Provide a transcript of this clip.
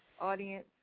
audience